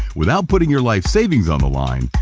without putting your life savings on the line,